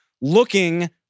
looking